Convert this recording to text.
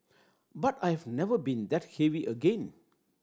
but I have never been that heavy again